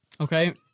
Okay